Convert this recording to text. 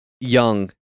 young